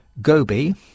Gobi